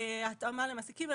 והתאמה למעסיקים,